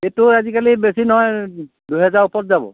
এইটো আজিকালি বেছি নহয় দুহেজাৰ ওপৰত যাব